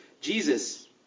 jesus